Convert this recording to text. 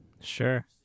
Sure